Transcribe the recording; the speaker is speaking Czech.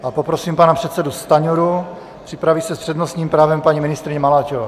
A poprosím pana předsedu Stanjuru, připraví se s přednostním právem paní ministryně Maláčová.